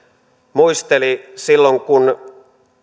muisteli silloin kun